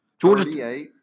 Georgia